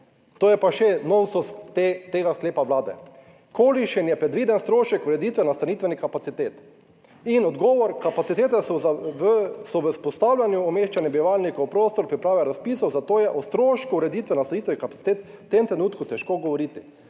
To je pa še nonsens tega sklepa Vlade. Kolikšen je predviden strošek ureditve nastanitvenih kapacitet? In odgovor: Kapacitete so v vzpostavljanju umeščanja bivalnikov prostor priprave razpisov, zato je o strošku ureditve nastanitvenih kapacitet v tem trenutku težko govoriti,